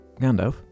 Gandalf